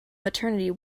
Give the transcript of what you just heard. maternity